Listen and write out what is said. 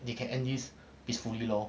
they can end this peacefully lor